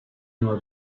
nor